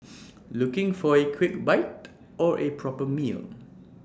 looking for A quick bite or A proper meal